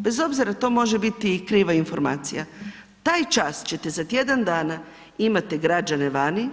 Bez obzira, to može biti i kriva informacija, taj čas ćete za tjedan dana imati građane vani,